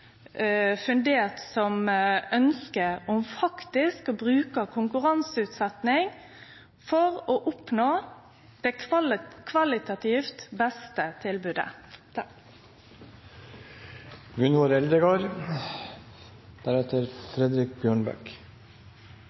fundert som ønsket om faktisk å bruke konkurranseutsetjing for å oppnå det kvalitativt beste